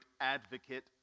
advocate